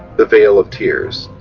the veil of tears,